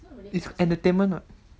it's entertainment [what]